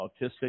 Autistic